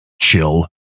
chill